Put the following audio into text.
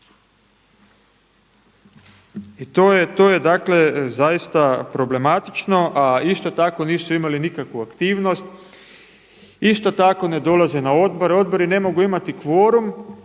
I to je zaista problematično, a isto tako nisu imali nikakvu aktivnost, isto tako ne dolaze na odbor, odbori ne mogu imati kvorum